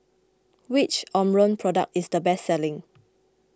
which Omron product is the best selling